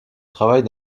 travaille